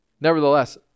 Nevertheless